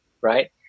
right